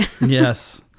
Yes